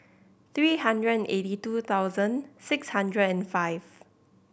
three hundred eighty two thousand six hundred and five